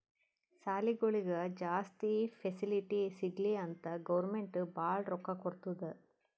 ಸಾಲಿಗೊಳಿಗ್ ಜಾಸ್ತಿ ಫೆಸಿಲಿಟಿ ಸಿಗ್ಲಿ ಅಂತ್ ಗೌರ್ಮೆಂಟ್ ಭಾಳ ರೊಕ್ಕಾ ಕೊಡ್ತುದ್